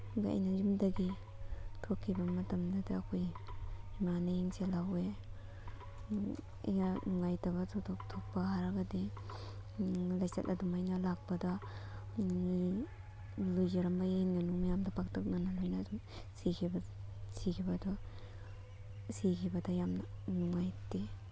ꯑꯗꯨꯗ ꯑꯩꯅ ꯌꯨꯝꯗꯒꯤ ꯊꯣꯛꯈꯤꯕ ꯃꯇꯝꯗꯇ ꯑꯩꯈꯣꯏꯒꯤ ꯏꯃꯥꯅ ꯌꯦꯡꯁꯤꯜꯍꯧꯌꯦ ꯑꯩꯅ ꯅꯨꯡꯉꯥꯏꯇꯕ ꯊꯧꯗꯣꯛ ꯊꯣꯛꯄ ꯍꯥꯏꯔꯒꯗꯤ ꯂꯥꯏꯆꯠ ꯑꯗꯨꯃꯥꯏꯅ ꯂꯥꯛꯄꯗ ꯂꯣꯏꯖꯔꯝꯕ ꯌꯦꯟ ꯉꯥꯅꯨ ꯃꯌꯥꯝꯗꯣ ꯄꯥꯛꯇꯛꯅꯅ ꯂꯣꯏꯅ ꯑꯗꯨꯝ ꯁꯤꯈꯤꯕꯗꯣ ꯁꯤꯈꯤꯕꯗ ꯌꯥꯝꯅ ꯅꯨꯡꯉꯥꯏꯇꯦ